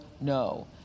no